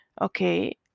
okay